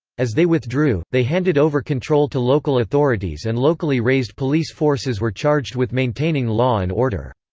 as they withdrew, they handed over control to local authorities and locally raised police forces were charged with maintaining law and order.